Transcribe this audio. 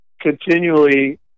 continually